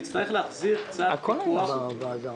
נצטרך להחזיר קצת יותר פיקוח,